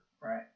Right